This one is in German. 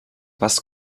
was